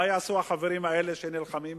מה יעשו החברים האלה, שנלחמים